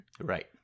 Right